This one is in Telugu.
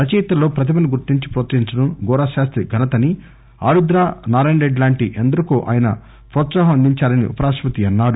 రచయితల్లో ప్రతిభను గుర్తించి ప్రోత్పహించడం గోరా శాస్తి ఘనతని ఆరుద్ర నారాయణరెడ్డి లాంటి ఎందరికో ఆయన ప్రోత్సాహం అందించారని ఉప రాష్టపతి అన్నారు